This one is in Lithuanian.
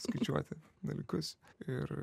skaičiuoti dalykus ir